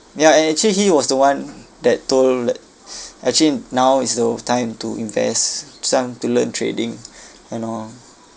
ya and actually he was the one that told that actually now is the time to invest it's time to learn trading and all